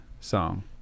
song